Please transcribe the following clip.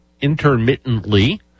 intermittently